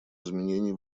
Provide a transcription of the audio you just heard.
изменений